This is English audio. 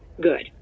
Good